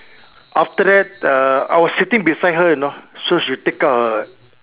after that uh I was sitting beside her you know so she take out her